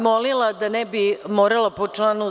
Molila bih da ne bih morala po članu…